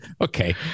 Okay